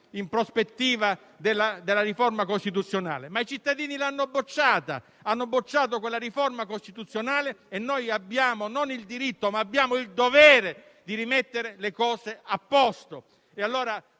in prospettiva della riforma costituzionale. I cittadini, però, hanno bocciato quella riforma costituzionale e noi abbiamo non il diritto, ma il dovere di rimettere le cose a posto.